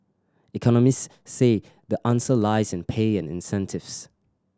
economists say the answer lies in pay and incentives